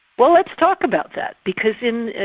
well let's talk about that because in